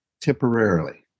temporarily